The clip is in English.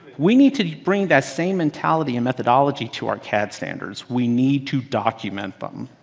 we need to bring that same mentality and methodology to our cad standards. we need to document them.